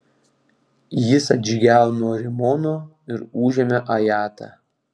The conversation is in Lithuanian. jis atžygiavo nuo rimono ir užėmė ajatą